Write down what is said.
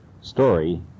story